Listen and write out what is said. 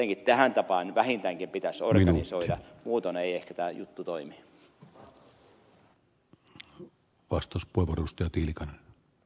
jotenkin tähän tapaan vähintäänkin pitäisi organisoida muutoin ei ehkä tämä juttu toimi